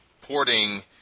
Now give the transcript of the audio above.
porting